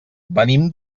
venim